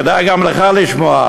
כדאי גם לך לשמוע,